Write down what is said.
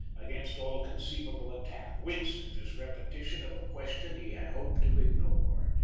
against all conceivable attack, winced at this repetition of a question he had hoped to ignore,